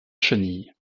chenille